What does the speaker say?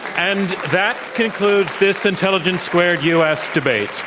and that concludes this intel ligence squared u. s. debate.